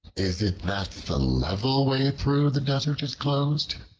is it that the level way through the desert is closed?